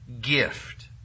gift